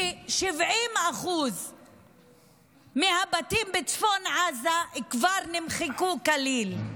ש-70% מהבתים בצפון עזה כבר נמחקו כליל.